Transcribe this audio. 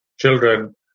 children